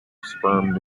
sperm